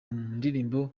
ndirimbo